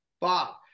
Bob